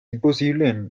imposible